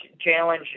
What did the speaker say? challenge